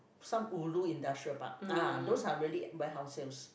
some ulu industrial park ah those are really warehouse sales